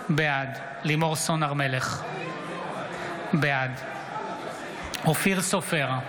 בעד לימור סון הר מלך, בעד אופיר סופר,